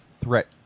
threat